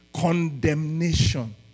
Condemnation